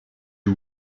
you